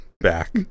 back